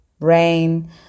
rain